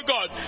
God